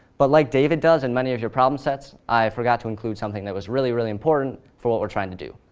but like david does in many of your problem sets, i forgot to include something that was really, really important for what we're trying to do.